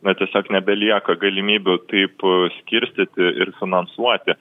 na tiesiog nebelieka galimybių taip skirstyti ir finansuoti